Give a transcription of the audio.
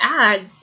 ads